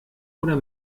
oder